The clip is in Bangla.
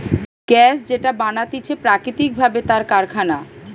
গ্যাস যেটা বানাতিছে প্রাকৃতিক ভাবে তার কারখানা